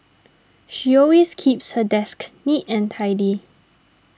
she always keeps her desk neat and tidy